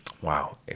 Wow